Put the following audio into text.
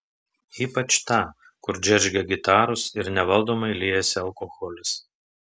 ypač tą kur džeržgia gitaros ir nevaldomai liejasi alkoholis